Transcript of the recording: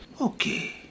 Okay